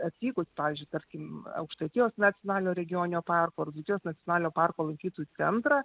atvykus pavyzdžiui tarkim aukštaitijos nacionalinio regioninio parko ar dzūkijos nacionalinio parko lankytojų centrą